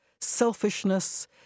selfishness